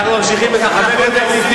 אנחנו מודים להם על שבאו לבקר בכנסת.